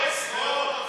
לא עשרות.